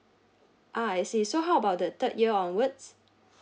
ah I see so how about the third year onwards